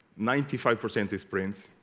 ninety five percent a sprint